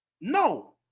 No